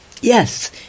Yes